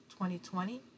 2020